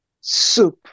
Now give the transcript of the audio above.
soup